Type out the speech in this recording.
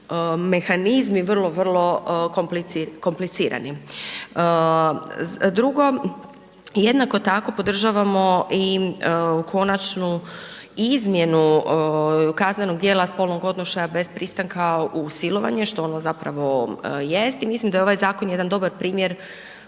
mehanizmi vrlo, vrlo komplicirani. Drugo, jednako tako podržavamo i konačnu izmjenu kaznenog djela spolnog odnošaja bez pristanka u silovanje što ono zapravo jest i mislim da je ovaj zakon jedan dobar primjer